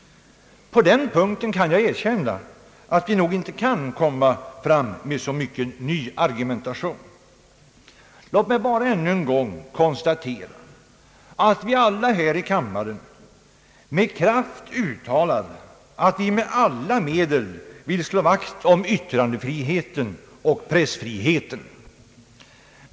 På den punkten kan jag erkänna att vi nog inte kan komma fram med så många nya argument. Låt mig bara ännu en gång konstatera att vi alla här i kammaren med kraft uttalar att vi med alla medel vill slå vakt om yttrandefriheten och pressfriheten.